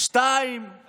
2. 2,